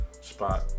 spot